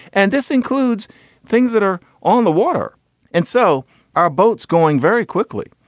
and this includes things that are on the water and so our boat's going very quickly.